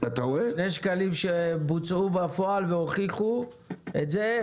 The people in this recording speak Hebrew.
שני שקלים שבוצעו בפועל והוכיחו את זה.